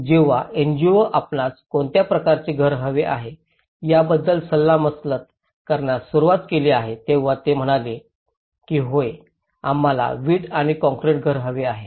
जेव्हा एनजीओ आपणास कोणत्या प्रकारचे घर हवे आहे याबद्दल सल्लामसलत करण्यास सुरवात केली आहे तेव्हा ते म्हणाले की होय आम्हाला वीट आणि काँक्रीट घर हवे आहे